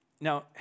Now